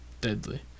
Deadly